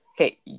Okay